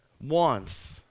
wants